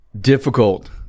difficult